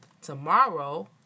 tomorrow